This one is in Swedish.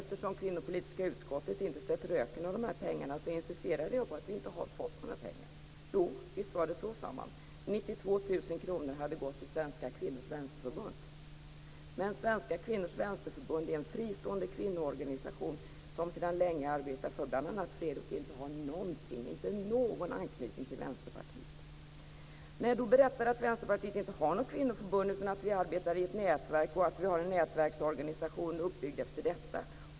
Eftersom kvinnopolitiska utskottet inte sett röken av dessa pengar, insisterade jag på att vi inte hade fått några pengar. Jo, 92 000 kr hade gått till Svenska kvinnors vänsterförbund. Svenska kvinnors vänsterförbund är en fristående kvinnoorganisation som sedan länge arbetar för bl.a. fred. Det är en organisation som inte har någon anknytning till Vänsterpartiet. Jag berättade att Vänsterpartiet inte har eller har haft något kvinnoförbund utan att vi arbetar i en nätverksorganisation.